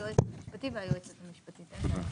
"היועץ המשפטי" ו"היועצת המשפטית" נכתוב.